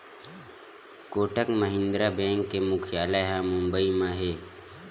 Kotak Mahindra bank के मुख्यालय ह बंबई म हे